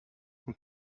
und